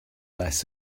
less